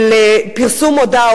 על פרסום מודעה,